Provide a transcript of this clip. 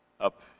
up